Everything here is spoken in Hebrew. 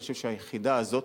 אני חושב שהיחידה הזאת,